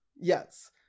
yes